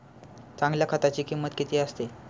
चांगल्या खताची किंमत किती असते?